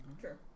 Sure